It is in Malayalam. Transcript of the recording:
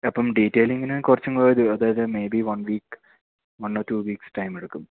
അപ്പം ഡീറ്റേലിങ്ങിന് കുറച്ചുംകൂടെ ഒരു അതായത് maybe one week one or two weeks ടൈമെടുക്കും